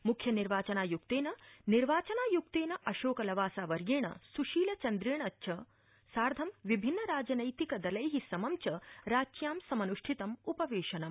म्ख्यनिर्वाचनाय्क्तेन निर्वाचनाय्क्तेन अशोकलवासावर्येण स्शीलचन्द्रेण अथ च विभिन्न राजनैतिक दलै समम् राच्यां सम्नष्ठितं उपवेशनम्